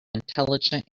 intelligent